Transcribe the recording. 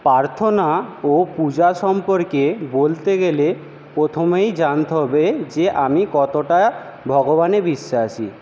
প্রার্থনা ও পূজা সম্পর্কে বলতে গেলে প্রথমেই জানতে হবে যে আমি কতটা ভগবানে বিশ্বাসী